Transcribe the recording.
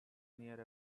near